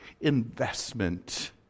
investment